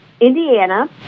Indiana